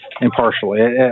impartially